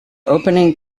opening